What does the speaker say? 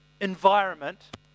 environment